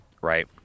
right